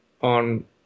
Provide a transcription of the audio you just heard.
on